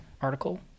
article